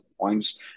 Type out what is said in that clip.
points